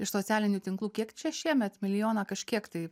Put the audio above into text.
iš socialinių tinklų kiek čia šiemet milijoną kažkiek tai